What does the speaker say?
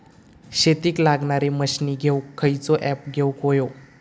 शेतीक लागणारे मशीनी घेवक खयचो ऍप घेवक होयो?